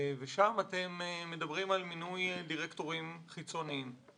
שם אתם מדברים על מינוי דירקטורים חיצוניים.